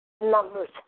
Numbers